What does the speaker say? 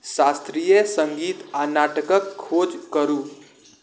शास्त्रीय सङ्गीत आ नाटकक खोज करू